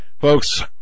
Folks